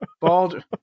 bald